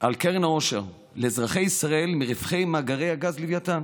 על קרן העושר לאזרחי ישראל מרווחי מאגרי הגז לוויתן,